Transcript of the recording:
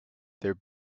their